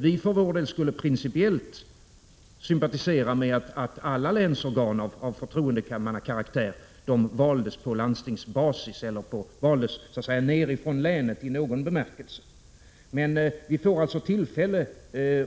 Vi för vår del sympatiserar principiellt med tanken att alla länsorgan av förtroendemannakaraktär bör väljas på landstingsbasis eller väljas så att säga nerifrån länet i någon bemärkelse. Men vi får tillfälle,